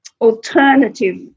alternative